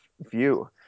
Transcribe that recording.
view